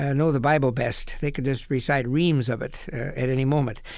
ah know the bible best. they can just recite reams of it at any moment.